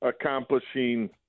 Accomplishing